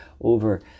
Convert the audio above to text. over